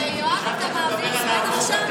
יואב, אתה מעביר זמן עכשיו?